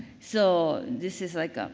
so, this is like a,